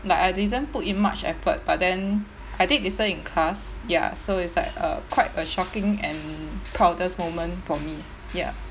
like I didn't put in much effort but then I did listen in class ya so it's like a quite a shocking and proudest moment for me ya